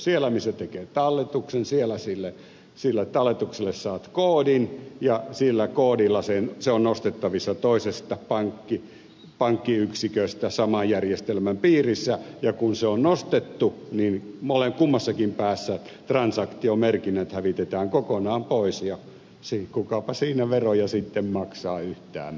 siellä missä tekee talletuksen sille talletukselle saat koodin ja sillä koodilla se on nostettavissa toisesta pankkiyksiköstä saman järjestelmän piirissä ja kun se on nostettu kummassakin päässä transaktiomerkinnät hävitetään kokonaan pois ja kukapa siinä veroja sitten maksaa yhtään missään mitään